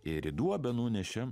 ir į duobę nunešėm